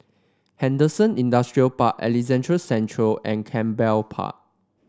Henderson Industrial Park Alexandra Central and Canberra Park